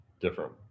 different